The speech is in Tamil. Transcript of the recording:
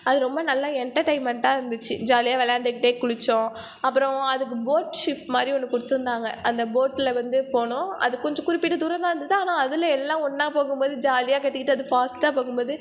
அது ரொம்ப நல்லா என்டர்டைன்மென்ட்டாக இருந்துச்சு ஜாலியாக விளையாண்டுட்டே குளித்தோம் அப்பறம் அதுக்கு போட் ஷிப் மாதிரி ஒன்று கொடுத்திருந்தாங்க அந்த போட்டில் வந்து போனோம் அது கொஞ்சம் குறிப்பிட்டு தூரமாக இருந்தது ஆனால் அதில் எல்லாம் ஒன்றா போகும்போது ஜாலியாக கத்திக்கிட்டு அது பாஸ்டாக போகும்போது